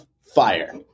fire